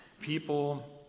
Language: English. people